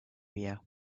here